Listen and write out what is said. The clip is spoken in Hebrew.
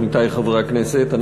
עמיתי חברי הכנסת?